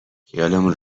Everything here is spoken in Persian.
خیالمون